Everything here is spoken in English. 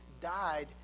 died